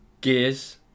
Gears